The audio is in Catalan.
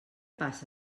passa